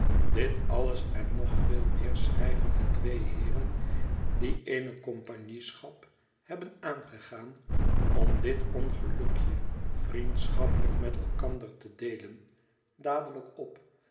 dit alles en nog veel meer schrijven de twee heeren die eene compagnieschap hebben aangegaan om dit ongelukje vriendschappelijk met elkander te deelen dadelijk op